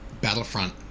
Battlefront